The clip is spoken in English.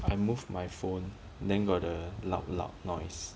I moved my phone then got the loud loud noise